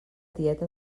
tieta